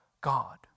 God